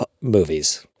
movies